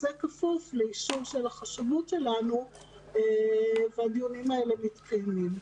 זה כפוף לאישור של החשבות שלנו והדיונים האלה מתקיימים.